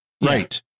Right